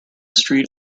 street